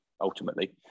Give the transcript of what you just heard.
Ultimately